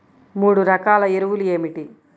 మూడు రకాల ఎరువులు ఏమిటి?